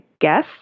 guess